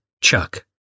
Chuck